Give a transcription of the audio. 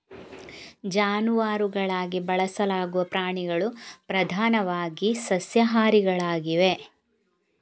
ಜಾನುವಾರುಗಳಾಗಿ ಬಳಸಲಾಗುವ ಪ್ರಾಣಿಗಳು ಪ್ರಧಾನವಾಗಿ ಸಸ್ಯಾಹಾರಿಗಳಾಗಿವೆ